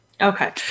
Okay